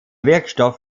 wirkstoff